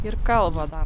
ir kalba dar